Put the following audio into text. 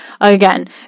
again